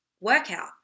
workout